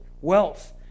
wealth